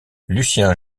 lucien